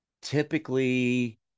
typically